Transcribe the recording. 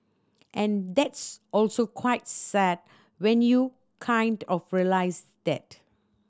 and that's also quite sad when you kind of realise that